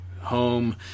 home